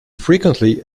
frequently